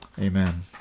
amen